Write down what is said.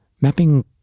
Mapping